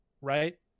Right